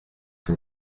que